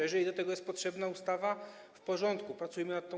Jeżeli do tego jest potrzebna ustawa - w porządku, pracujmy nad nią.